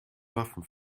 waffeln